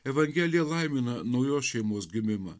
evangelija laimina naujos šeimos gimimą